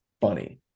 funny